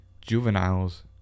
juveniles